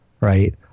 Right